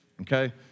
Okay